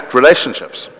relationships